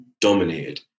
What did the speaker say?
Dominated